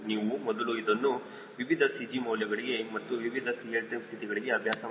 ನೀವು ಮೊದಲು ಅದನ್ನು ವಿವಿಧ CG ಮೌಲ್ಯಗಳಿಗೆ ಮತ್ತು ವಿವಿಧ CLtrim ಸ್ಥಿತಿಗಳಿಗೆ ಅಭ್ಯಾಸ ಮಾಡಬೇಕು